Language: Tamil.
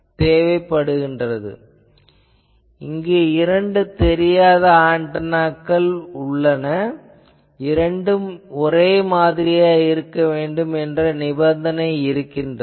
மேலும் இங்கு தெரியாத ஆன்டெனாக்கள் இரண்டும் ஒரே மாதிரியாக இருக்க வேண்டும் என்பது நிபந்தனை ஆகும்